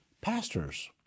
pastors